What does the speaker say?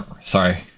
Sorry